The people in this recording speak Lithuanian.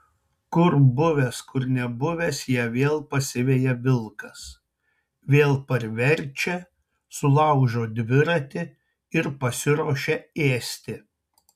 kur buvęs kur nebuvęs ją vėl pasiveja vilkas vėl parverčia sulaužo dviratį ir pasiruošia ėsti